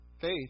Faith